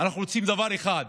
אנחנו רוצים דבר אחד: